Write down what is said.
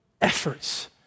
efforts